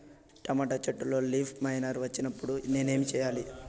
Tomato చెట్టులో leaf miner వచ్చినప్పుడు నేను ఏమి చెయ్యాలి?